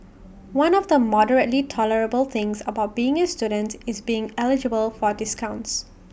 one of the moderately tolerable things about being A students is being eligible for discounts